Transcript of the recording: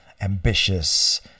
ambitious